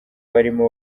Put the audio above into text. barimo